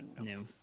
no